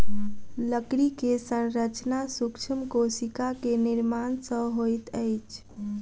लकड़ी के संरचना सूक्ष्म कोशिका के निर्माण सॅ होइत अछि